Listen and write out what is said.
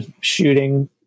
shooting